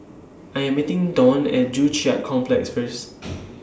I'm meeting Don At Joo Chiat Complex First